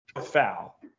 foul